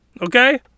okay